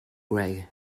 greg